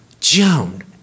Joan